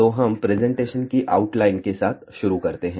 तो हम प्रेजेंटेशन की आउटलाइन के साथ शुरू करते हैं